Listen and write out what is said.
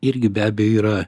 irgi be abejo yra